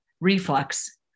reflux